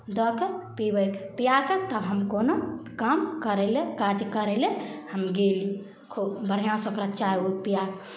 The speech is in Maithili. दऽ कऽ पियबैके हइ पिया कऽ तब हम कोनो काम करय लेल काज करय लेल हम गेली खूब बढ़िआँसँ ओकरा चाय ऊ पिया कऽ